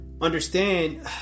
understand